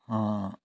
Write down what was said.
ਹਾਂ